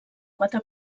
quatre